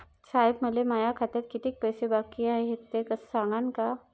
साहेब, मले माया खात्यात कितीक पैसे बाकी हाय, ते सांगान का?